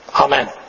Amen